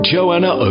Joanna